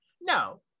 no